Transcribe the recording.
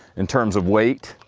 in terms of weight.